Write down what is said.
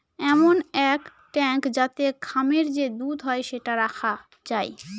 এমন এক ট্যাঙ্ক যাতে খামারে যে দুধ হয় সেটা রাখা যায়